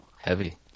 heavy